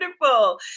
Wonderful